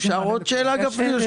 אפשר עוד שאלה או שאתה ממהר, גפני?